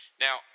Now